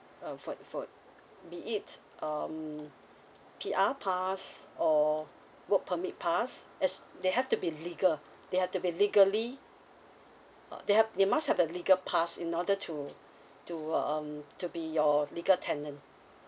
uh for for be it um P_R pass or work permit pass as they have to be legal they have to be legally uh they must have a legal pass in order to um to be your legal tenant